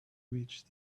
reach